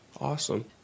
Awesome